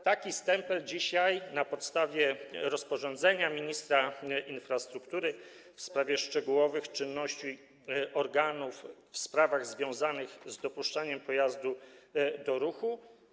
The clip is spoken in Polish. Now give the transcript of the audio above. Taki stempel istnieje dzisiaj na podstawie rozporządzenia ministra infrastruktury w sprawie szczegółowych czynności organów w sprawach związanych z dopuszczeniem pojazdu do ruchu.